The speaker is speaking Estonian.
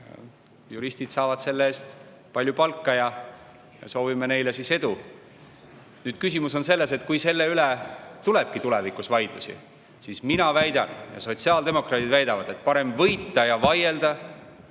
Juristid saavad selle eest palju palka, soovime neile siis edu. Nüüd, küsimus on selles, et kui selle üle tulebki tulevikus vaidlusi, siis mina väidan ja sotsiaaldemokraadid väidavad, et parem võita ja vaielda